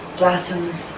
blossoms